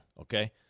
Okay